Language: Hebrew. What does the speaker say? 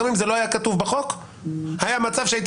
גם אם זה לא היה כתוב בחוק יש מצב שהייתי